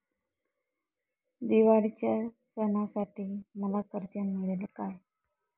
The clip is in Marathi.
दिवाळीच्या सणासाठी मला कर्ज मिळेल काय?